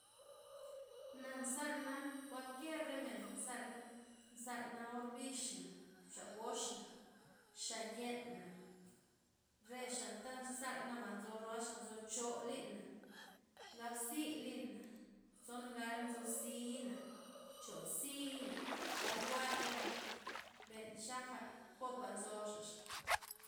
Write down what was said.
Na' zalnaa' kualkier re mena' nzalna', nzalna' orbix'na, xagox'na, xayen'na, rexata' nzalna'ba nzo roaxa nzo choo' lyn'na, gabxi lyna, tson gal nzo zii'na, chop xii'na, gal buaya'na, ben xaga' popa nzoxa'x.